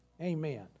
Amen